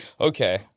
Okay